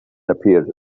appeared